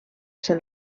ser